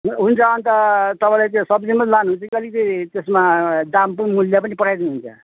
हुन्छ अन्त तपाईँले त्यो सब्जी मात्रै लानु हुन्छ कि अलिकति त्यसको दाम पनि मूल्य पनि पठाइदिनु हुन्छ